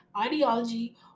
ideology